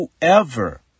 whoever